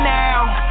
now